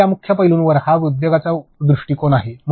तर या मुख्य पैलूंवर हा उद्योगाचा दृष्टीकोन आहे